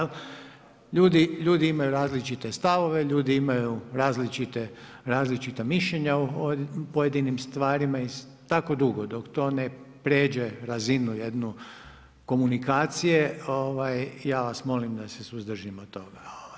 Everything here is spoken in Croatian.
Ljudi imaju različite stavove, ljudi imaju različita mišljenja o pojedinim stvarima i tako dugo dok to ne prijeđe razinu jednu komunikacije, ja vas molim da se suzdržimo toga.